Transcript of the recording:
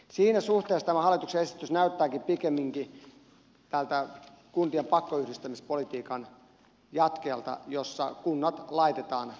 siinä suhteessa tämä hallituksen esitys näyttääkin pikemminkin tältä kuntien pakkoyhdistämispolitiikan jatkeelta jossa kunnat laitetaan yhdistymään